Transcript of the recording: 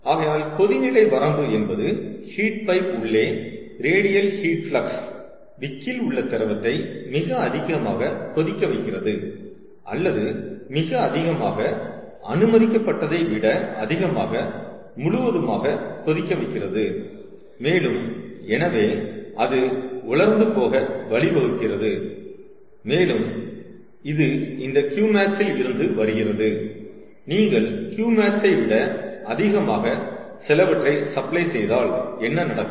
ஆகையால்கொதிநிலை வரம்பு என்பது heat pipe உள்ளே ரேடியல் ஹீட் பிளக்ஸ் விக்கில் உள்ள திரவத்தை மிக அதிகமாக கொதிக்க வைக்கிறது அல்லது மிக அதிகமாக அனுமதிக்கப்பட்டதை விட அதிகமாக முழுவதுமாக கொதிக்க வைக்கிறது மேலும் எனவே அது உலர்ந்து போக வழி வகுக்கிறது மேலும் இது இந்த Qmax இல் இருந்து வருகிறது நீங்கள் Qmax ஐ விட அதிகமாக சிலவற்றை சப்ளை செய்தால் என்ன நடக்கும்